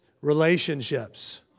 Relationships